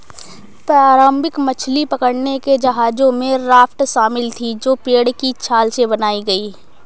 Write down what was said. प्रारंभिक मछली पकड़ने के जहाजों में राफ्ट शामिल थीं जो पेड़ की छाल से बनाई गई